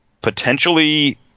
potentially